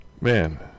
Man